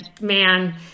man